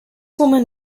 woman